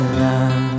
love